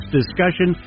discussion